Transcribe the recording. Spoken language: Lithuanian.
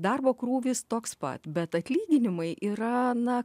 darbo krūvis toks pat bet atlyginimai yra na